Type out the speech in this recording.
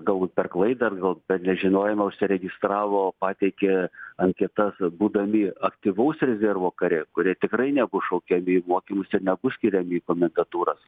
galbūt per klaidą ar gal per nežinojimą užsiregistravo pateikė anketas būdami aktyvaus rezervo kariai kurie tikrai nebus šaukiami į mokymus jie nebus skiriami į komendantūras